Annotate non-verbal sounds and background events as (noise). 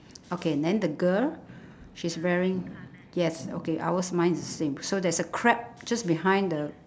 (noise) okay then the girl she's wearing yes okay ours mine is the same so there's a crab just behind the